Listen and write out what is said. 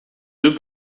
deux